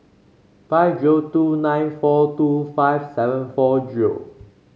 five zero two nine four two five seven four zero